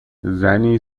زنی